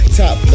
top